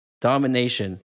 Domination